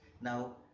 Now